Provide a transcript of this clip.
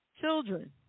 Children